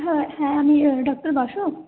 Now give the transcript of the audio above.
হ্যাঁ হ্যাঁ আপনি ডক্টর বসু